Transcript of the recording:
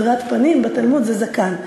הדרת פנים בתלמוד זה זקן.